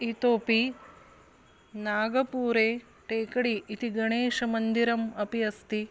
इतोऽपि नागपूरे टेकडि इति गणेशमन्दिरम् अपि अस्ति